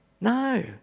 no